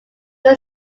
new